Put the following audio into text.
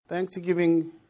Thanksgiving